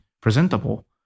presentable